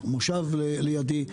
ומושב לידי,